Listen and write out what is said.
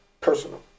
personal